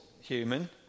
human